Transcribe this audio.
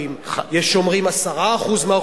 אנחנו עוברים להצבעה,